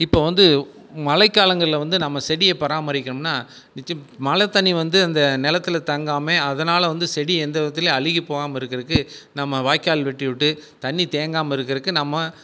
இப்போ வந்து மழைக்காலங்களில் வந்து நம்ம செடியை பராமரிக்குணுன்னா மழைத்தண்ணி வந்து இந்த நிலத்தில் தங்காமல் அதனால் வந்து செடி எந்த விதத்துலையும் அழுகி போகாமல் இருக்குறக்கு நம்ம வாய்க்கால் வெட்டி விட்டு தண்ணி தேங்காமல் இருக்குறக்கு